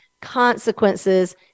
consequences